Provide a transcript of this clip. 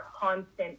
constant